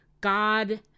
God